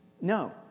No